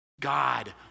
God